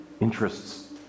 interests